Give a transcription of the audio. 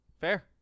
Fair